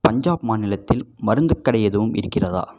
பஞ்சாப் மாநிலத்தில் மருந்துக் கடை எதுவும் இருக்கிறதா